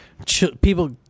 People